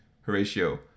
horatio